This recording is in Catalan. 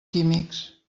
químics